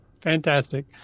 Fantastic